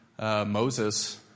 Moses